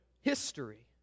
history